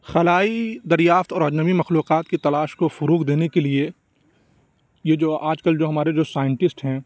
خلائی دریافت اور اجنبی مخلوقات کی تلاش کو فروغ دینے کے لیے یہ جو آج کل جو ہمارے جو سائنٹسٹ ہیں